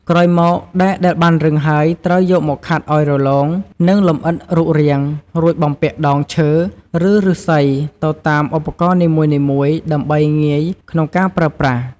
ក្រោយមក ដែកដែលបានរឹងហើយត្រូវយកមកខាត់ឲ្យរលោង និងលម្អិតរូបរាង រួចបំពាក់ដងឈើ ឬឫស្សីទៅតាមឧបករណ៍នីមួយៗដើម្បីងាយក្នុងការប្រើប្រាស់។